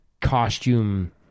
costume